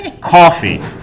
coffee